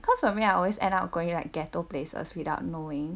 cause for me I always end up going like ghetto places without knowing